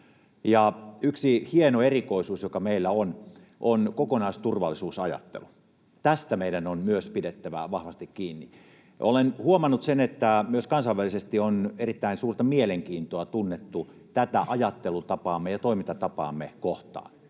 yksi hieno erikoisuus, joka meillä on, on kokonaisturvallisuusajattelu. Tästä meidän on myös pidettävä vahvasti kiinni. Olen huomannut, että myös kansainvälisesti on erittäin suurta mielenkiintoa tunnettu tätä ajattelutapaamme ja toimintatapaamme kohtaan.